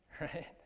right